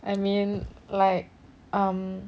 I mean like um